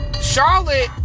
Charlotte